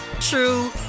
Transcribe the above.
true